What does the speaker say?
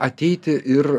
ateiti ir